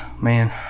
man